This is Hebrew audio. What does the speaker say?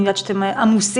אני יודעת שאתם עמוסים,